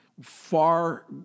far